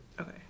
Okay